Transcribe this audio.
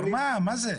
מה זה?